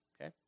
okay